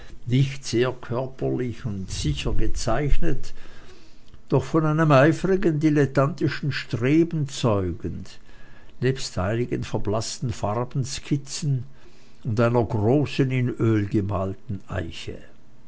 nicht sehr körperlich und sicher gezeichnet doch von einem eifrigen dilettantischen streben zeugend nebst einigen verblaßten farbenskizzen und einer großen in öl gemalten eiche